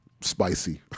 Spicy